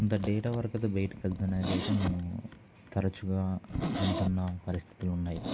ఇంత డేటా వరకు అయితే బయటికి వెళ్తున్ననేది అయితే మేము తరచుగా ఉంటున్న పరిస్థితులు ఉన్నాయి